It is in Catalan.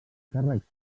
càrrec